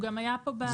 הוא גם היה פה בוועדה.